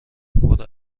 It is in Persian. برو